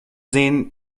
sehen